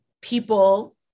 people